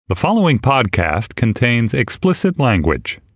the following podcast contains explicit language